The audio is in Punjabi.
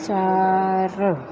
ਚਾਰ